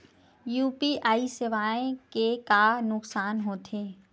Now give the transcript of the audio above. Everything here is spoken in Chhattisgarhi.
यू.पी.आई सेवाएं के का नुकसान हो थे?